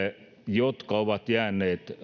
jotka ovat jääneet